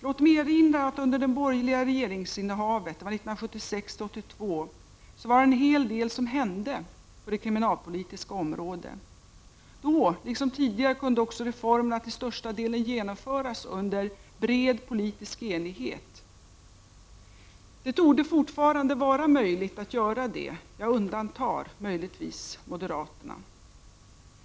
Låt mig erinra om att en hel del hände på det kriminalpolitiska området under det borgerliga regeringsinnehavet 1976-1982. Då liksom tidigare kunde också reformer till största delen genomföras under bred politisk enighet. Det torde fortfarande vara möjligt att göra det; jag undantar möjligtvis moderaterna.